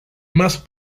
más